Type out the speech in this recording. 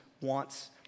wants